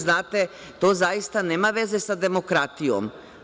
Znate, to zaista nema veze sa demokratijom.